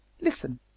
Listen